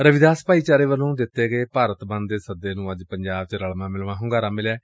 ਰਵੀਦਾਸ ਭਾਈਚਾਰੇ ਵੱਲੋ ਦਿੱਤੇ ਗਏ ਭਾਰਤ ਬੰਦ ਦੇ ਸੱਦੇ ਨੂੰ ਅੱਜ ਪੰਜਾਬ ਚ ਰਲਵਾ ਮਿਲਵਾਂ ਹੁੰਗਾਰਾ ਮਿਲਿਆ